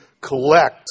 collect